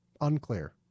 unclear